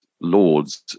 Lords